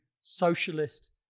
socialist